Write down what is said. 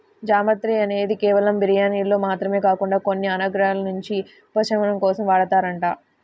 జాపత్రి అనేది కేవలం బిర్యానీల్లో మాత్రమే కాకుండా కొన్ని అనారోగ్యాల నుంచి ఉపశమనం కోసం వాడతారంట